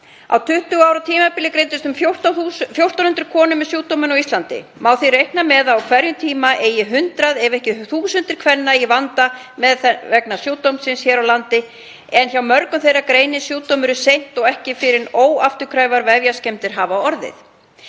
Á 20 ára tímabili greindust um 1.400 konur með sjúkdóminn á Íslandi. Má því reikna með að á hverjum tíma eigi hundruð ef ekki þúsundir kvenna í vanda vegna sjúkdómsins hér á landi en hjá mörgum þeirra greinist sjúkdómurinn seint og ekki fyrr en óafturkræfar vefjaskemmdir hafa orðið.